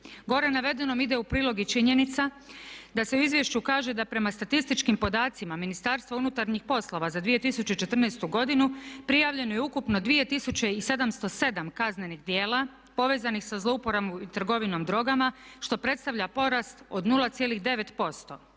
Gore navedenom ide u prilog i činjenica da se u izvješću kaže da prema statističkim podacima Ministarstva unutarnjih poslova za 2014. godinu prijavljeno je ukupno 2707 kaznenih djela povezanih sa zlouporabom i trgovinom drogama što predstavlja porast od 0,9%.